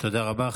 תודה רבה.